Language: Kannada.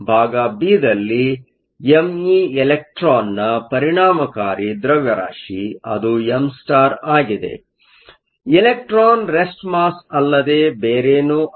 ಭಾಗ ಬಿದಲ್ಲಿ me ಎಲೆಕ್ಟ್ರಾನ್ ನ ಪರಿಣಾಮಕಾರಿ ದ್ರವ್ಯರಾಶಿ ಅದು m ಆಗಿದೆ ಎಲೆಕ್ಟ್ರಾನ್ ರೆಸ್ಟ್ ಮಾಸ್ ಅಲ್ಲದೇ ಬೇರೆನು ಅಲ್ಲ